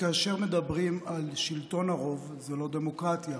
כאשר מדברים על שלטון הרוב, זו לא דמוקרטיה.